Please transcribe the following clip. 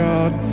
God